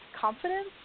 confidence